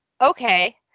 Okay